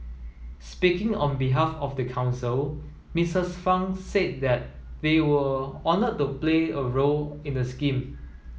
speaking on behalf of the council Missis Fang said that they were honoured to play a role in the scheme